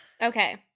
Okay